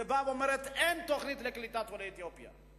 שבאה ואומרת שאין תוכנית לקליטת עולי אתיופיה.